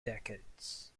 decades